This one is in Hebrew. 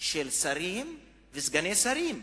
של שרים וסגני שרים.